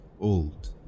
old